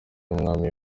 w’umwami